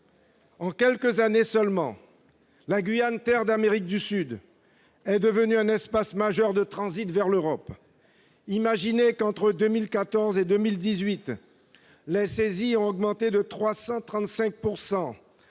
En quelques années seulement, la Guyane, terre d'Amérique du Sud, est devenue un espace majeur de transit vers l'Europe. Imaginez que, entre 2014 et 2018, les saisies ont augmenté de 335